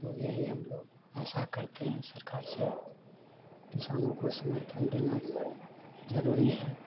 तो यही हम लोग आशा करते हैं सरकार से किसानों को समर्थन देना ज़रूरी है